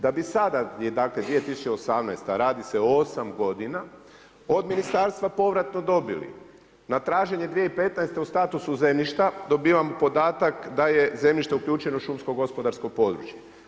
Da bi sada je dakle 2018. radi se o 8 g. od ministarstva povratno dobili, na traženje 2015. u statusu zemljišta, dobivam podatak, da je zemljište uključeno u šumsko gospodarsko područje.